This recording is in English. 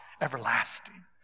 everlasting